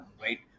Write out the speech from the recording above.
right